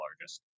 largest